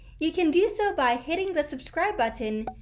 you can do so by hitting the subscribe button,